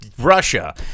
Russia